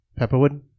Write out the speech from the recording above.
Pepperwood